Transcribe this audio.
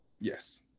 Yes